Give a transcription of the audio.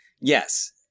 Yes